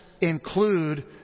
include